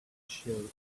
shell